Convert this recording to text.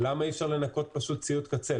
למה אי אפשר לנכות ציוד קצה?